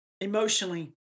emotionally